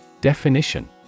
Definition